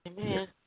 Amen